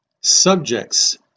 subjects